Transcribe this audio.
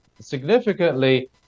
significantly